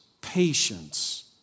patience